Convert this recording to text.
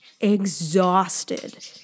exhausted